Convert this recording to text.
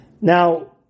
Now